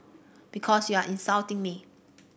because you are insulting me